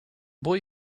boy